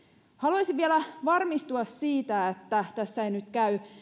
haluaisin vielä varmistua siitä että tässä ei nyt käy